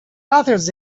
authors